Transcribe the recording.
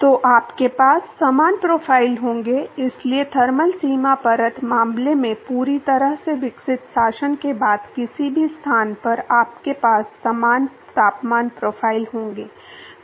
तो आपके पास समान प्रोफाइल होंगे इसलिए थर्मल सीमा परत मामले में पूरी तरह से विकसित शासन के बाद किसी भी स्थान पर आपके पास समान तापमान प्रोफाइल होंगे